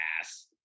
ass